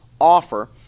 offer